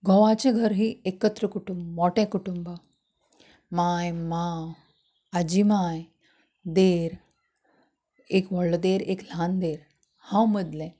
घोवाचें घर ही एकत्र कुटूंब मोठे कुटूंब माय माव आजीमाय देर एक व्हड्लो देर एक ल्हान देर हांव मदलें